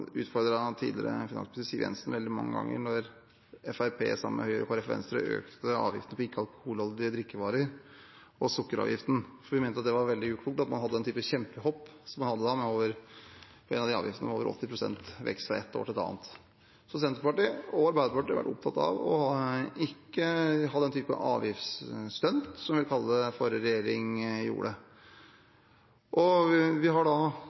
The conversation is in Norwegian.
tidligere finansminister Siv Jensen veldig mange ganger da Fremskrittspartiet, sammen med Høyre, Kristelig Folkeparti og Venstre, økte avgiftene på ikke-alkoholholdige drikkevarer og sukkeravgiften. Vi mente at det var veldig uklokt å ha slike kjempehopp som man hadde da, hvor en av avgiftene økte med over 80 pst. fra ett år til et annet. Senterpartiet og Arbeiderpartiet har vært opptatt av ikke å ha den typen «avgiftsstunt», som jeg vil kalle det den forrige regjeringen gjorde. I vårt vedtatte budsjett økte vi